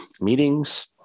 meetings